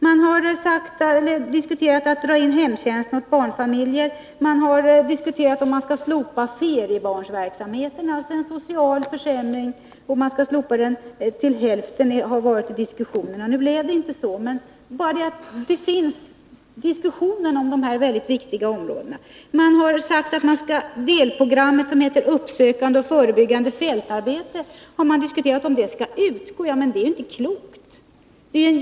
Man har diskuterat en indragning av hemtjänsten åt barnfamiljer. En annan social försämring som föreslogs var att man till hälften skulle slopa feriebarnsverksamheten. Nu blev det inte så, men bara det faktum att det Nr 154 förekommer sådana diskussioner på dessa mycket viktiga områden är Måndagen den oroande. 24 maj 1982 Det har också förts ett resonemang om att delprogrammet Uppsökande och förebyggande fältarbete skulle utgå. Det är ju inte klokt!